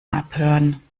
abhören